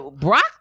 Brock